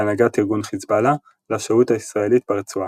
בהנהגת ארגון חזבאללה, לשהות הישראלית ברצועה.